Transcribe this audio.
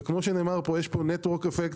וכמו שנאמר פה, יש פה Network effect.